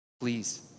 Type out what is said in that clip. please